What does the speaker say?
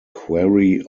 quarry